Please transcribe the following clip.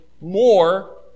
More